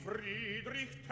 Friedrich